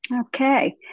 Okay